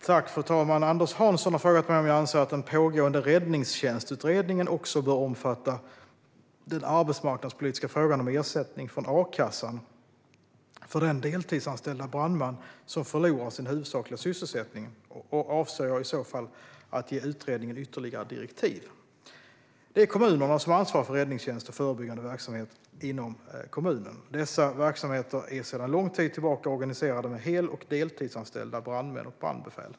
Fru talman! Anders Hansson har frågat mig om jag anser att den pågående räddningstjänstutredningen också bör omfatta den arbetsmarknadspolitiska frågan om ersättning från a-kassan för den deltidsanställda brandman som förlorar sin huvudsakliga sysselsättning och om jag i så fall avser att ge utredningen ytterligare direktiv. Det är kommunerna som ansvarar för räddningstjänst och förebyggande verksamhet inom kommunen. Dessa verksamheter är sedan lång tid tillbaka organiserade med hel och deltidsanställda brandmän och brandbefäl.